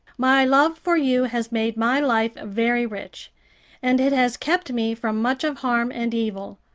my love for you has made my life very rich and it has kept me from much of harm and evil.